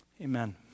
amen